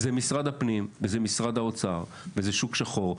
זה משרד הפנים וזה משרד האוצר וזה שוק שחור,